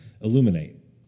illuminate